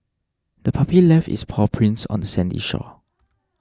the puppy left its paw prints on the sandy shore